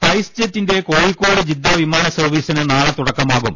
spice ജെറ്റിന്റെ Kozhikode Jeddah വിമാന സർവീസിന് നാളെ തുടക്കമാകും